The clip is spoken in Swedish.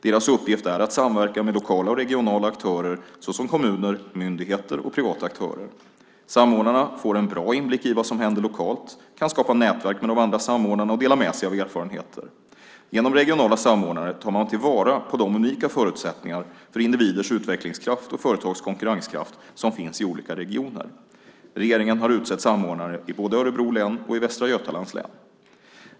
Deras uppgift är att samverka med lokala och regionala aktörer, såsom kommuner, myndigheter och privata aktörer. Samordnarna får en bra inblick i vad som händer lokalt och kan skapa nätverk med de andra samordnarna och dela med sig av erfarenheter. Genom regionala samordnare tar man vara på de unika förutsättningar för individers utvecklingskraft och företags konkurrenskraft som finns i olika regioner. Regeringen har utsett samordnare i både Örebro län och Västra Götalands län.